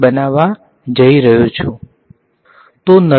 I have introduced two new functions I am calling them g1 g2